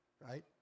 Right